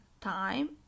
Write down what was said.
time